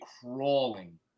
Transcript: Crawling